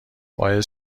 باعث